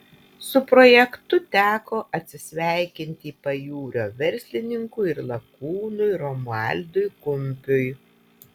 su projektu teko atsisveikinti pajūrio verslininkui ir lakūnui romualdui kumpiui